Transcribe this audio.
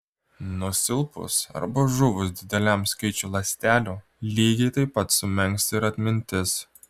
nusilpus arba žuvus dideliam skaičiui ląstelių lygiai taip pat sumenksta ir atmintis